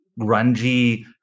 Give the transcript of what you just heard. grungy